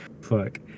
Fuck